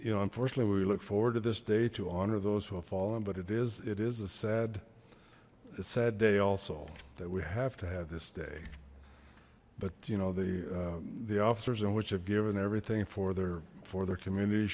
you know unfortunately we look forward to this day to honor those who have fallen but it is it is a sad the sad day also that we have to have this day but you know the the officers in which have given everything for their for their community